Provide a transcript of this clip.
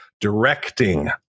directing